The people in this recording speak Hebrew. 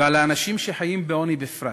ועל האנשים שחיים בעוני בפרט.